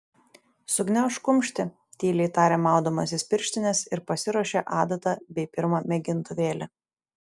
sugniaužk kumštį tyliai tarė maudamasis pirštines ir pasiruošė adatą bei pirmą mėgintuvėlį